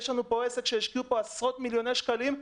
יש לנו פה עסק שהשקיעו בו עשרות מיליוני שקלים,